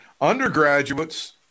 Undergraduates